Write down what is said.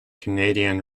canadian